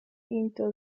into